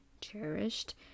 cherished